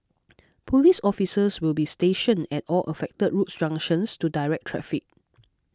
police officers will be stationed at all affected road junctions to direct traffic